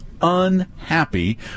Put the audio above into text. unhappy